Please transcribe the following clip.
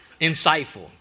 insightful